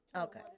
Okay